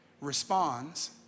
responds